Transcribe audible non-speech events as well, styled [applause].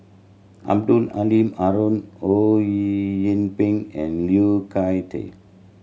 Abdul Halim Haron Ho Yee [unintelligible] Ping and Liu Thai Ker